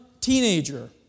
teenager